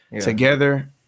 together